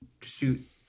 shoot